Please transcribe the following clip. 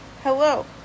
Hello